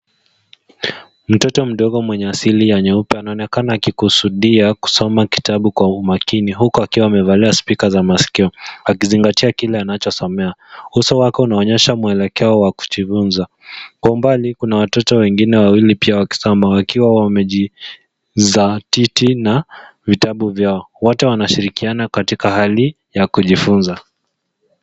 Mtoto mdogo mwenye asili ya nyeupe anaonekana akikusudia kusoma kitabu kwa umakini huku akiwa amevalia spika za masikio akizingatia kile anachosomea. Uso wake unaonyesha mwelekeo wa kujifunza. Kwa umbali kuna watoto wengine wawili pia wakisoma wakiwa wamejizatiti na vitabu vyao. Wote wanashirikiana katika hali ya kujifunza.